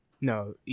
no